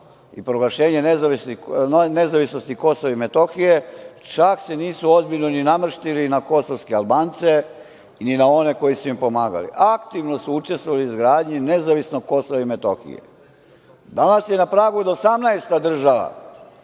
i proglašenje nezavisnosti Kosova i Metohije, čak se nisu ozbiljno ni namrštili na kosovske Albance, ni na one koji su im pomagali. Aktivno su učestvovali u izgradnji nezavisnog Kosova i Metohije. Danas je na pragu da 18. država